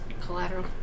collateral